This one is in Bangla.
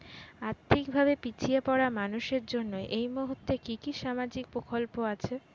আর্থিক ভাবে পিছিয়ে পড়া মানুষের জন্য এই মুহূর্তে কি কি সামাজিক প্রকল্প আছে?